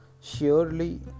Surely